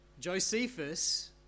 Josephus